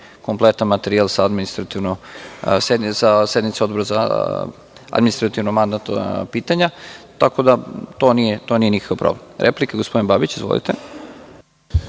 kompletan materijal sa sednice Odbora za administrativno i mandatna pitanja, tako da to nije problem. Replika, gospodin Babić. **Zoran